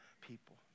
people